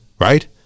right